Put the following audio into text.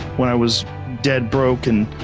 when i was dead broke and,